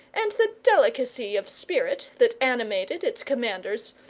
and the delicacy of spirit that animated its commanders,